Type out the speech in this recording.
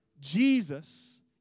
Jesus